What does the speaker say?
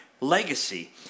legacy